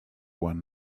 one